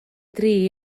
dri